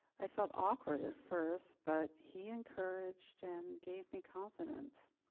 i felt awkward at first but he encouraged and gave me confidence.